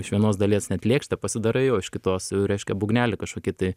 iš vienos dalies net lėkštę pasidarai o iš kitos reiškia būgnelį kažkokį tai